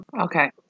Okay